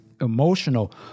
emotional